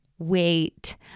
wait